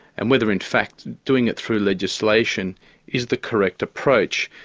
and whether in fact doing it through legislation is the correct approach,